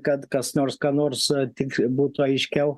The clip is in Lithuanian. kad kas nors ką nors tikr būtų aiškiau